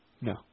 No